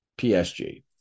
PSG